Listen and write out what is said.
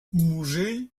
musell